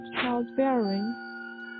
childbearing